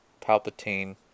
palpatine